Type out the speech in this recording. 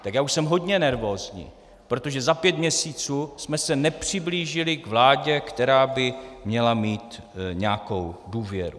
Tak já už jsem hodně nervózní, protože za pět měsíců jsme se nepřiblížili k vládě, která by měla mít nějakou důvěru.